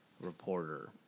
reporter